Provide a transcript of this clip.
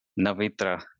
Navitra